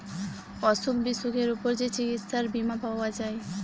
অসুখ বিসুখের উপর যে চিকিৎসার বীমা পাওয়া যায়